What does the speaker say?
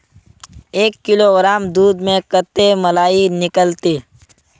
एक किलोग्राम दूध में कते मलाई निकलते?